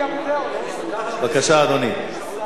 בבקשה, אדוני.